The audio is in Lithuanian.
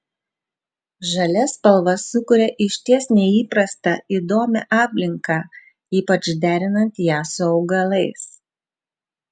žalia spalva sukuria išties neįprastą įdomią aplinką ypač derinant ją su augalais